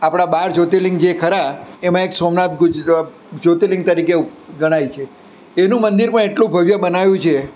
આપણા બાર જ્યોતિર્લિંગ જે ખરા એમાં એક સોમનાથ જ્યોતિર્લિંગ તરીકે ગણાય છે તેનું મંદિર પણ એટલું ભવ્ય બનાવ્યું છે